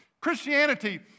Christianity